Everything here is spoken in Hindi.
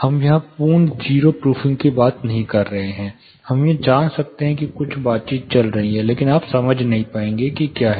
हम यहां पूर्ण 0 प्रूफिंग के बारे में बात नहीं कर रहे हैं आप यह जान सकते हैं कि कुछ बातचीत चल रही है लेकिन आप समझ नहीं पाएंगे कि क्या है